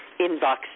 inbox